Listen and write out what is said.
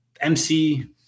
MC